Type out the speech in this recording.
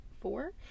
four